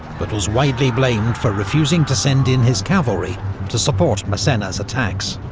but was widely blamed for refusing to send in his cavalry to support massena's attacks.